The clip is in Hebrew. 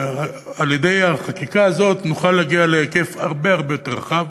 על-ידי החקיקה הזאת נוכל להגיע להיקף הרבה-הרבה יותר רחב.